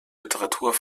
literatur